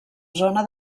zona